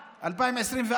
2024,